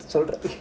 சொல்றது:solrathu